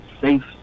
safe